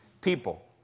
people